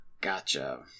Gotcha